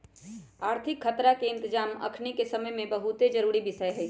आर्थिक खतरा के इतजाम अखनीके समय में बहुते जरूरी विषय हइ